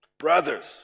Brothers